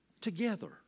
Together